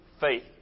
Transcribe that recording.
faith